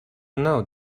now